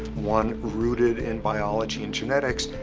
one rooted in biology and genetics.